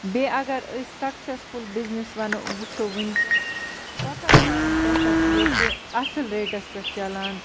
بیٚیہِ اگر أسۍ سَکسَسفُل بِزنِس وَنو وٕچھو وٕنۍکٮ۪س کۄکَر فارَم تہِ ہَسا چھِ ییٚتہِ اَصٕل ریٹَس پٮ۪ٹھ چَلان